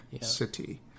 City